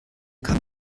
kann